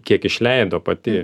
kiek išleido pati